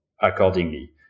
accordingly